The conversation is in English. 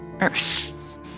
earth